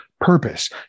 purpose